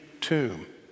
tomb